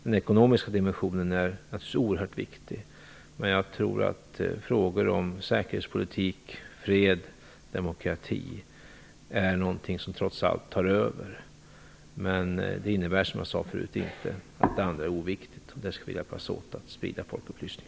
Den ekonomiska dimensionen är naturligtvis oerhört viktig, men jag tror att frågor om säkerhetspolitik, fred och demokrati trots allt tar över. Det innebär dock, som jag sade förut, inte att det andra är oviktigt. Därvidlag skall vi hjälpas åt att sprida en folkupplysning.